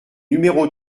numéro